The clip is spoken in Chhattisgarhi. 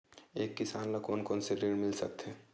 एक किसान ल कोन कोन से ऋण मिल सकथे?